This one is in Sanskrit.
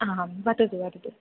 आम् वदतु वदतु